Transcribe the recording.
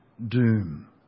doom